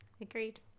Agreed